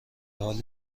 حال